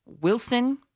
Wilson